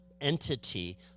entity